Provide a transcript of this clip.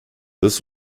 this